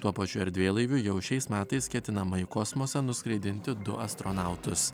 tuo pačiu erdvėlaiviu jau šiais metais ketinama į kosmosą nuskraidinti du astronautus